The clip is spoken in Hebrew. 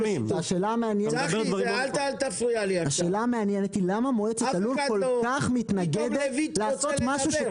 השאלה המעניינת היא למה מועצת הלול כל כך מתנגדת לעשות משהו,